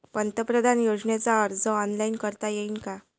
पंतप्रधान योजनेचा अर्ज ऑनलाईन करता येईन का?